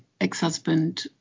ex-husband